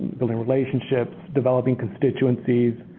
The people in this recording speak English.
building relationships, developing constituencies,